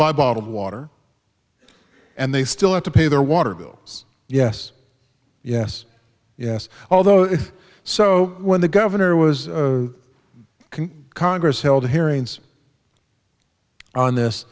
buy bottled water and they still have to pay their water bill yes yes yes although if so when the governor was can congress held hearings on